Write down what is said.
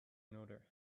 another